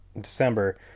December